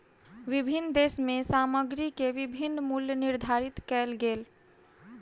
विभिन्न देश में सामग्री के विभिन्न मूल्य निर्धारित कएल गेल